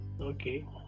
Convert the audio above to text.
Okay